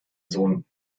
sohn